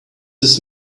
this